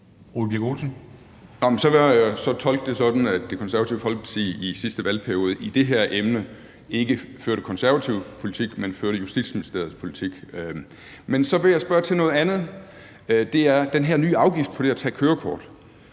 jeg tolke det sådan, at Det Konservative Folkeparti i sidste valgperiode, hvad angår det her emne, ikke førte konservativ politik, men førte Justitsministeriets politik. Så vil jeg spørge til noget andet, og det er den her nye afgift på det at tage kørekort.